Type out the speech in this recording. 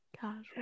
Casual